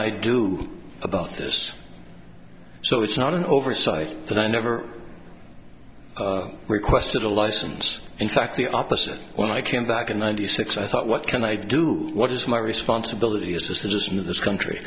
i do about this so it's not an oversight that i never requested a license in fact the opposite when i came back in ninety six i thought what can i do what is my responsibility as a citizen of this country